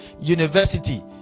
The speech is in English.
university